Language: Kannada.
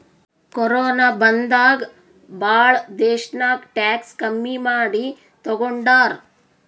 ಕೊರೋನ ಬಂದಾಗ್ ಭಾಳ ದೇಶ್ನಾಗ್ ಟ್ಯಾಕ್ಸ್ ಕಮ್ಮಿ ಮಾಡಿ ತಗೊಂಡಾರ್